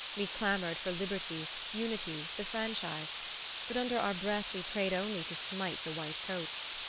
we clamored for liberty, unity, the franchise but under our breath we prayed only to smite the white-coats.